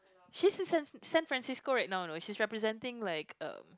she's in Sam San Francisco right now you know she's representing like a